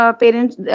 parents